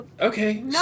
Okay